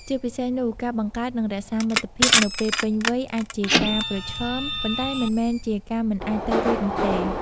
ជាពិសេសនោះ ការបង្កើត និងរក្សាមិត្តភាពនៅពេលពេញវ័យអាចជាការប្រឈម ប៉ុន្តែមិនមែនជាការមិនអាចទៅរួចនោះទេ។